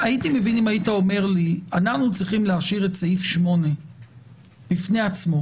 אומר לי שאנחנו צריכים להשאיר את סעיף 8 בפני עצמו